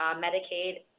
um medicaid,